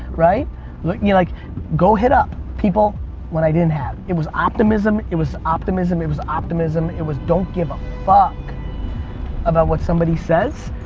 like yeah like go hit up people when i didn't have. it was optimism, it was optimism, it was optimism, it was don't give a fuck about what somebody says.